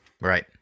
Right